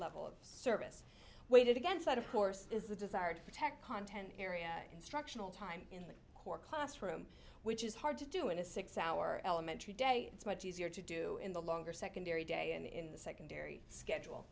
level of service weighted against that of course is the desire to protect content area and structural time in the core classroom which is hard to do in a six hour elementary day it's much easier to do in the longer secondary day and in the secondary schedule